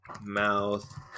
mouth